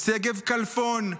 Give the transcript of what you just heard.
שגב כלפון,